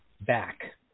back